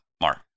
mark